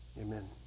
amen